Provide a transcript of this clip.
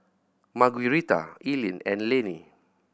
Margueritta Eileen and Lannie